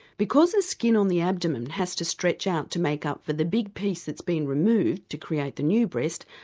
because the skin on the abdomen has to stretch out to make up for the big piece that's been removed to create the new breast,